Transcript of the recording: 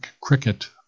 cricket